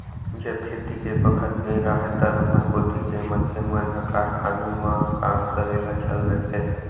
जब खेती के बखत नइ राहय त हमर कोती के मनखे मन ह कारखानों म काम करे ल चल देथे